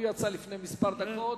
הוא יצא לפני כמה דקות.